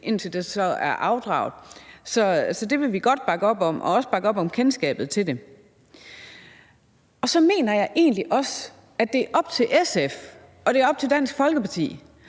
indtil det er afdraget, så det vil vi godt bakke op om, og vi vil også godt bakke op om kendskabet til det. Jeg mener egentlig også, at det er op til SF og op til Dansk Folkeparti